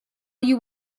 you